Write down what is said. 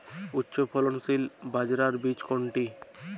উচ্চফলনশীল বাজরার বীজ কোনটি?